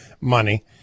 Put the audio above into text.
money